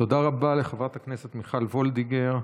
תודה רבה לחברת הכנסת מיכל וולדיגר.